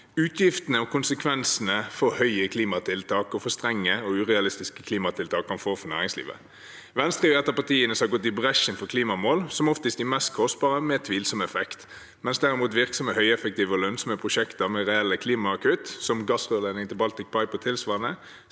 utgiftene og hvilke konsekvenser kostbare og for strenge og urealistiske klimatiltak kan få for næringslivet. Venstre er et av partiene som har gått i bresjen for klimamål, som oftest de mest kostbare med tvilsom effekt, mens virksomme, høyeffektive og lønnsomme prosjekter med reelle klimakutt, som gassrørledningen til Baltic Pipe og tilsvarende,